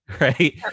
right